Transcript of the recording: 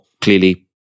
clearly